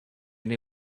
been